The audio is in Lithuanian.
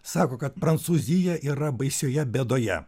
sako kad prancūzija yra baisioje bėdoje